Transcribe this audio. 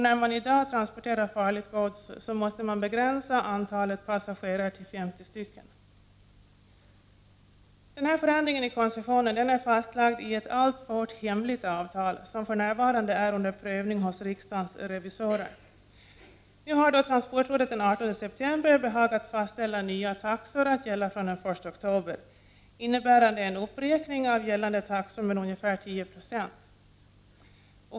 När man i dag transporterar farligt gods måste man begränsa antalet passagerare till 50. Denna förändring i koncessionen är fastlagd i ett alltfort hemligt avtal, som för närvarande är under prövning hos riksdagens revisorer. Nu har transportrådet den 18 september behagat fastställa nya taxor att gälla från den 1 oktober innebärande en uppräkning av gällande taxor med ca 10 70.